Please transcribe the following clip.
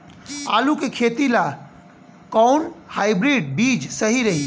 आलू के खेती ला कोवन हाइब्रिड बीज सही रही?